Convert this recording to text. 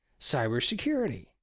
cybersecurity